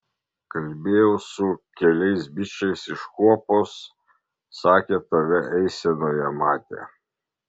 kalbėjau su keliai bičais iš kuopos sakė tave eisenoje matė